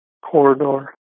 Corridor